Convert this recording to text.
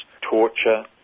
torture